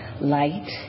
light